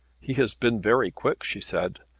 he has been very quick, she said.